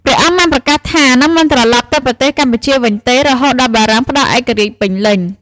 ព្រះអង្គបានប្រកាសថា នឹងមិនត្រឡប់ទៅប្រទេសកម្ពុជាវិញទេ រហូតដល់បារាំងផ្ដល់ឯករាជ្យពេញលេញ។